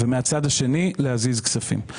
מהצד השני, להזיז כספים.